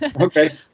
Okay